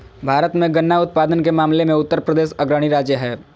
भारत मे गन्ना उत्पादन के मामले मे उत्तरप्रदेश अग्रणी राज्य हय